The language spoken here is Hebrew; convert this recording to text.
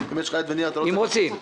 אם רוצים.